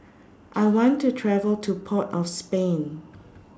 I want to travel to Port of Spain